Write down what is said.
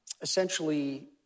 essentially